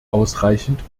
ausreichend